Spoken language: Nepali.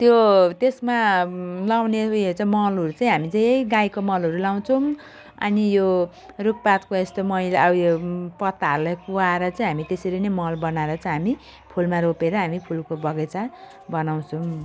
त्यो त्यसमा लगाउने उयो चाहिँ मलहरू चाहिँ हामी चाहिँ गाईको मलहरू लगाउँछौँ अनि यो रुखपातको यस्तो मैला उयो पत्ताहरूलाई कुहुवाएर चाहिँ हामी त्यसरी नै मल बनाएर चाहिँ हामी फुलमा रोपेर हामी फुलको बगैँचा बनाउँछौँ